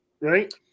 Right